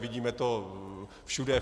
Vidíme to všude.